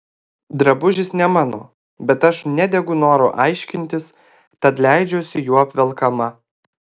drabužis ne mano bet aš nedegu noru aiškintis tad leidžiuosi juo apvelkama